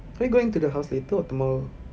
are we going to the house later or tomorrow